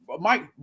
Mike